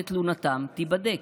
שתלונתם תיבדק.